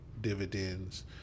dividends